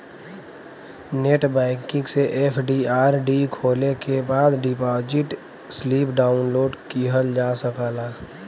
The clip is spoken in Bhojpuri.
नेटबैंकिंग से एफ.डी.आर.डी खोले के बाद डिपाजिट स्लिप डाउनलोड किहल जा सकला